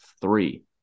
three